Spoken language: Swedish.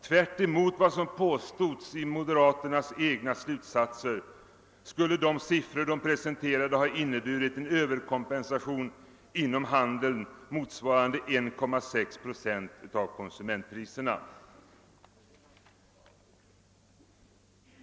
Tvärtemot moderaternas egna slutsatser skulle de siffror de presenterade ha inneburit en överkompensation inom handeln motsvarande 1,6 procent av konsumentpriserna.